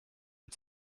wyt